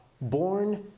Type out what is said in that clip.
born